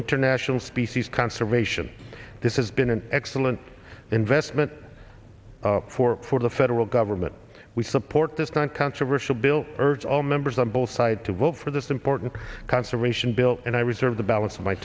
international species conservation this has been an excellent investment for the federal government we support this non controversial bill urge all members on both side to vote for this important conservation bill and i reserve the balance of my